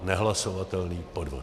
Nehlasovatelný podvod.